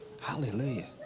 hallelujah